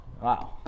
Wow